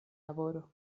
laboro